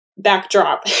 backdrop